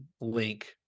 link